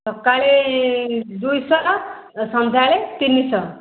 ସକାଳେ ଦୁଇଶହ ସନ୍ଧ୍ୟାବେଳେ ତିନିଶହ